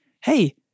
hey